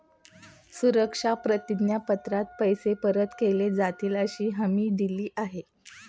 सुरक्षा प्रतिज्ञा पत्रात पैसे परत केले जातीलअशी हमी दिली आहे